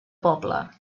pobla